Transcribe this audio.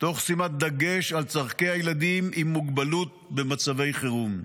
תוך שימת דגש על צורכי הילדים עם מוגבלות במצבי חירום,